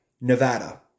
Nevada